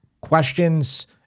questions